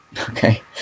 Okay